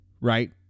right